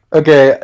okay